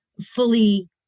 fully